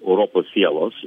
europos sielos